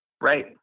Right